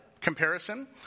comparison